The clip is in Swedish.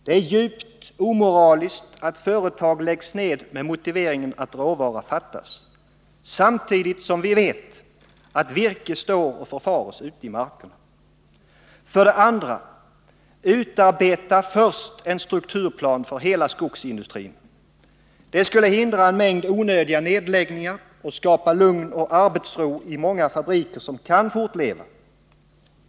Det är djupt omoraliskt att företag läggs ned med motiveringen att råvara fattas, samtidigt som vi vet att virke står och förfares ute i markerna. För det andra: Utarbeta först en strukturplan för hela skogsindustrin! Det skulle hindra en mängd onödiga nedläggningar och skapa lugn och arbetsro i många fabriker som då kan fortleva.